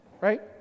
right